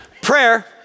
Prayer